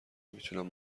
میتونم